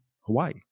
Hawaii